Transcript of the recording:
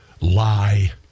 lie